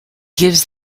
gives